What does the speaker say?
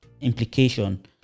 implication